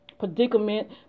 predicament